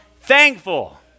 thankful